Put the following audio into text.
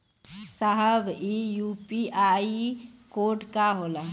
साहब इ UPI code का होला?